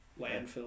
Landfill